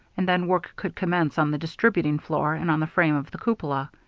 and then work could commence on the distributing floor and on the frame of the cupola.